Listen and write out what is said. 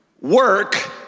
work